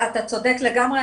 אתה צודק לגמרי,